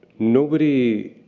nobody.